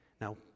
Now